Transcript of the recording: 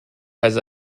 has